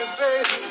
baby